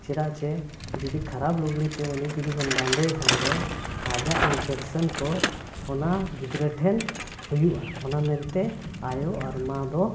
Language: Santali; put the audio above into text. ᱪᱮᱫᱟᱜ ᱪᱮ ᱡᱩᱫᱤ ᱠᱷᱟᱨᱟᱯ ᱞᱩᱜᱽᱲᱤ ᱛᱮ ᱩᱱᱤ ᱡᱩᱫᱤᱵᱚᱱ ᱵᱟᱸᱫᱮᱭᱮ ᱠᱷᱟᱱ ᱫᱚ ᱟᱭᱟᱜ ᱤᱱᱯᱷᱮᱠᱥᱮᱱ ᱠᱚ ᱚᱱᱟ ᱜᱤᱫᱽᱨᱟᱹ ᱴᱷᱮᱱ ᱦᱩᱭᱩᱜᱼᱟ ᱚᱱᱟ ᱢᱮᱱᱛᱮ ᱟᱭᱳ ᱟᱨ ᱢᱟ ᱫᱚ